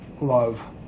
love